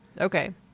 Okay